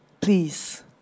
Please